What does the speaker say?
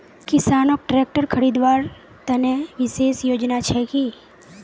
किसानोक ट्रेक्टर खरीदवार तने विशेष योजना छे कि?